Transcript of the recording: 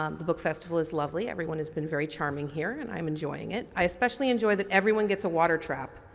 um the book festival is lovely. everyone has been very charming here and i'm enjoying it. i especially enjoy that everyone gets a water trap.